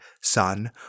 Son